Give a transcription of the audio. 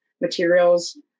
materials